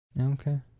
Okay